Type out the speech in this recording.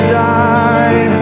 die